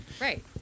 Right